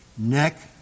Neck